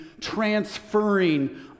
transferring